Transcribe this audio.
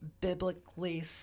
biblically